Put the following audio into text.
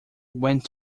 went